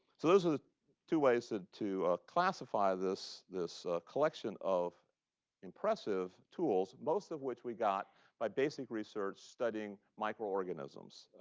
so those are the two ways ah to ah classify this this collection of impressive tools most of which we got by basic research studying microorganisms.